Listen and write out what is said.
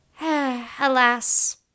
Alas